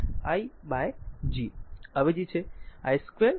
તેથી v i by G અવેજી છે